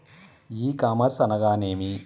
ఈ కామర్స్ అనగానేమి?